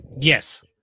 Yes